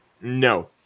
No